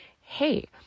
hey